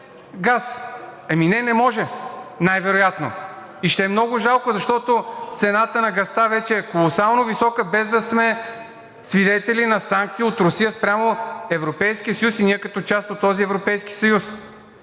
газ. Еми не, не можем най-вероятно и ще е много жалко, защото цената на газа вече е колосално висока, без да сме свидетели на санкции от Русия спрямо Европейския съюз и ние като част от този Европейски съюз.